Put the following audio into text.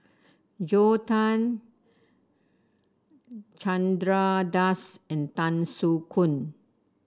Joel Tan Chandra Das and Tan Soo Khoon